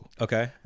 Okay